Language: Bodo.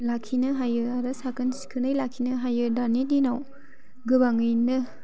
लाखिनो हायो आरो साखोन सिखोनै लाखिनो हायो दानि दिनाव गोबाङैनो